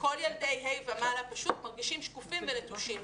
כל ילדי ה' ומעלה פשוט מרגישים שקופים ונטושים.